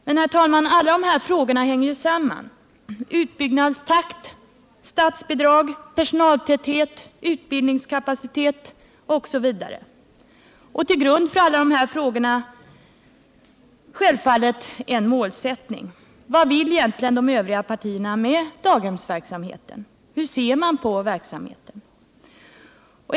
Men alla dessa frågor hänger samman — utbyggnadstakt, statsbidrag, personaltäthet, utbildningskapacitet osv. — och som grund för frågorna måste självfallet finnas en målsättning. Vad vill egentligen de övriga partierna med daghemsverksamheten? Hur ser man på verksamheten?